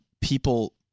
people